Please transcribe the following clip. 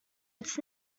its